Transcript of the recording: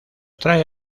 trae